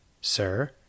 Sir